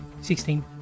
Sixteen